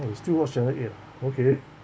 !wah! you still watch channel eight ah okay